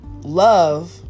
love